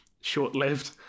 short-lived